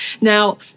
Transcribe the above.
Now